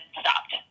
stopped